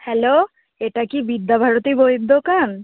hello এটা কি বিদ্যাভারতী বইয়ের দোকান